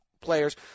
players